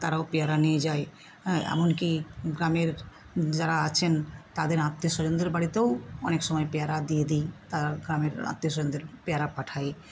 তারাও পেয়ারা নিয়ে যায় হ্যাঁ এমনকি গ্রামের যারা আছেন তাদের আত্মীয় স্বজনদের বাড়িতেও অনেক সময়ে পেয়ারা দিয়ে দিই তার গ্রামের আত্মীয়স্বজনদের পেয়ারা পাঠাই